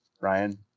Ryan